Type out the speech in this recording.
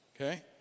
okay